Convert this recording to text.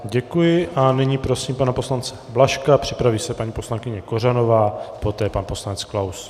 Děkuji a nyní prosím pana poslance Blažka, připraví se paní poslankyně Kořanová, poté pan poslanec Klaus.